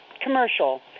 commercial